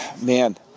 man